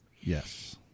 yes